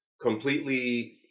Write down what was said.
completely